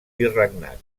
virregnat